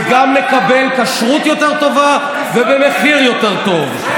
גם נקבל כשרות יותר טובה ובמחיר יותר טוב.